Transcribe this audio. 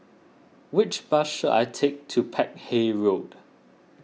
which bus should I take to Peck Hay Road